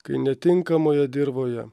kai netinkamoje dirvoje